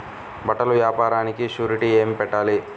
బట్టల వ్యాపారానికి షూరిటీ ఏమి పెట్టాలి?